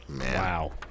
Wow